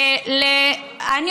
הוא לא כאן.